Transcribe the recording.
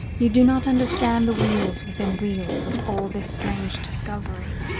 you do not understand the wheels within wheels of all this strange discovery.